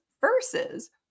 versus